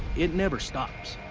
it never stops.